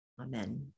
Amen